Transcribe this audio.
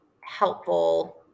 helpful